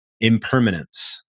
impermanence